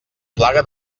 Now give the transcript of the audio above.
plaga